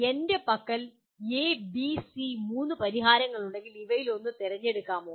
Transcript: എന്റെ പക്കൽ A B C മൂന്ന് പരിഹാരങ്ങൾ ഉണ്ടെങ്കിൽ ഇവയിൽ ഒന്ന് തിരഞ്ഞെടുക്കാമോ